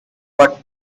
but